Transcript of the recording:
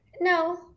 no